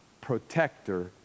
protector